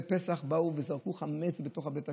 בפסח באו וזרקו חמץ בתוך בית הכנסת,